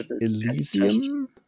Elysium